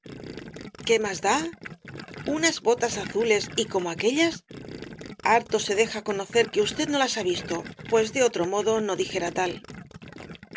a s da unas botas azules y como aquéllas harto se deja conocer que usted no las ha visto pues de otro modo no dijera tal